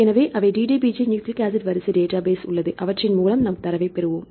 எனவே அவை DDBJ nucleic acid வரிசை டேட்டாபேஸ் உள்ளது அவற்றின் மூலம் நாம் தரவைப் பெறுவோம்